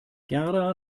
gerda